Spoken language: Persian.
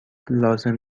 لازم